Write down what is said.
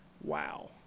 Wow